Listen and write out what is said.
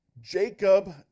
Jacob